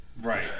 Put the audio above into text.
right